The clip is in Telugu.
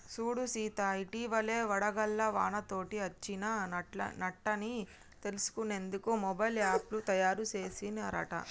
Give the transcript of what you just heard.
సూడు సీత ఇటివలే వడగళ్ల వానతోటి అచ్చిన నట్టన్ని తెలుసుకునేందుకు మొబైల్ యాప్ను తాయారు సెసిన్ రట